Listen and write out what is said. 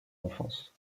enfance